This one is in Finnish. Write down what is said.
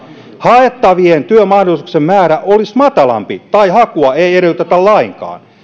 haettavien työmahdollisuuksien määrä olisi matalampi tai hakua ei edellytettäisi lainkaan